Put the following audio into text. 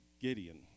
Gideon